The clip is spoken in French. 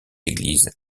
église